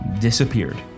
disappeared